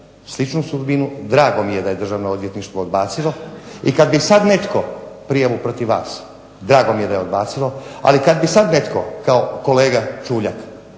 sličnu sudbinu. Drago mi je da je Državno odvjetništvo odbacilo i kad bi sad netko prijavu protiv vas, drago mi je da je odbacilo, ali kad bi sad netko kao kolega Čuljak